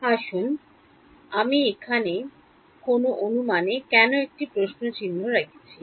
আসুন আমি এখানে কোন অনুমানে কেন একটি প্রশ্ন চিহ্ন রেখেছি